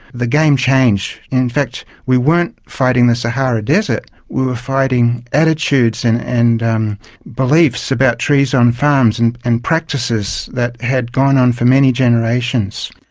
the game changed. in fact we weren't fighting the sahara desert, we were fighting attitudes and and um beliefs about trees on farms and and practices that had gone on for many generations.